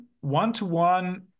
one-to-one